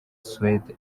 suède